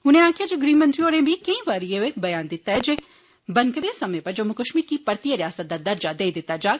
उनें आक्खेआ जे गृह मंत्री होरें बी केई बारी एह् व्यान दित्ता ऐ जे बनकदे समें पर जम्मू कश्मीर गी परतियै रिआसत दा दर्जा देई दित्ता जाग